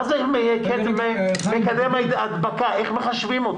מה זה מקדם ההדבקה, איך מחשבים אותו?